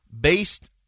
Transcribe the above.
based